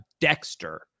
dexter